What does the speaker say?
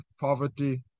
Poverty